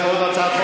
יש עוד הצעת חוק